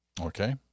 Okay